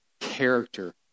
character